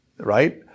right